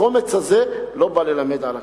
הקומץ הזה לא בא ללמד על הכלל.